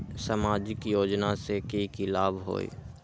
सामाजिक योजना से की की लाभ होई?